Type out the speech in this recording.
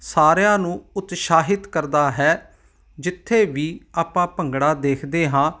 ਸਾਰਿਆਂ ਨੂੰ ਉਤਸਾਹਿਤ ਕਰਦਾ ਹੈ ਜਿੱਥੇ ਵੀ ਆਪਾਂ ਭੰਗੜਾ ਦੇਖਦੇ ਹਾਂ